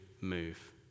move